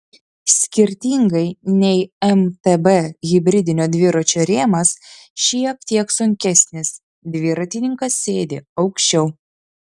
skirtingai nei mtb hibridinio dviračio rėmas šiek tiek sunkesnis dviratininkas sėdi aukščiau